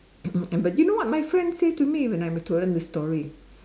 but do you know what my friend say to me when I'm told them the story